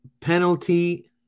penalty